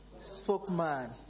spokesman